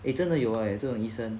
eh 真的有 eh 这种医生